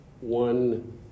one